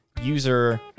user